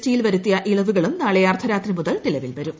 T യിൽ വരുത്തിയി ് ഇളവുകളും നാളെ അർദ്ധരാത്രി മുതൽ നിലവിൽ വരും